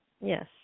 Yes